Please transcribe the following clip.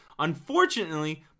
unfortunately